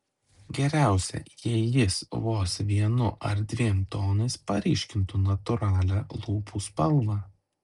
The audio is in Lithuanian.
geriausia jei jis vos vienu ar dviem tonais paryškintų natūralią lūpų spalvą